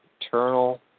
Eternal